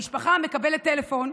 המשפחה מקבלת טלפון: